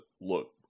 look